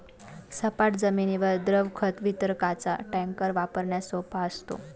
सपाट जमिनीवर द्रव खत वितरकाचा टँकर वापरण्यास सोपा असतो